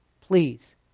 please